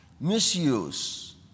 misuse